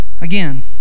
again